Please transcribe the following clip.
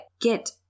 get